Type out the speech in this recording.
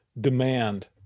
demand